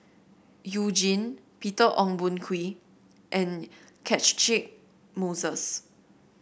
You Jin Peter Ong Boon Kwee and Catchick Moses